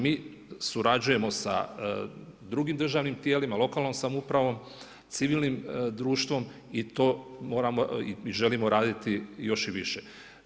Mi surađujemo sa drugim državnim tijelima, lokalnom samoupravom, civilnim društvom i to moramo i želimo raditi još i više.